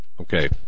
Okay